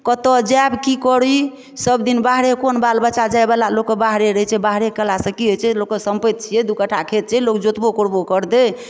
कतऽ जाएब कि करी सबदिन बाहरे कोन बालबच्चा जाए बला लोक कऽ बाहरे रहैत छै बाहरे गेलासँ की होइत छै लोककेँ सम्पति छियै दू कट्ठा खेत छै लोक जोतबो कोरबो करतै